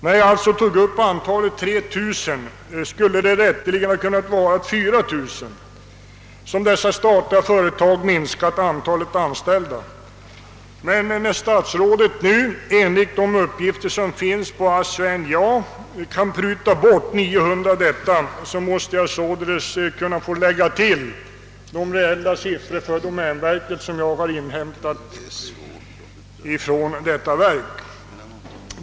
När jag angav antalet till 3 000, skulle det alltså rätteligen ha varit 4 000 som dessa statliga företag minskat antalet anställda med. När statsrådet Wickman nu enligt uppgifter från ASSI och NJA kan pruta bort 900, måste jag kunna få lägga till de reella siffror som jag inhämtat från domänverket.